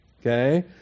Okay